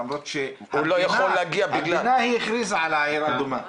המדינה הכריזה על העיר אדומה,